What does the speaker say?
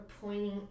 pointing